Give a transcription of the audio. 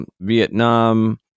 Vietnam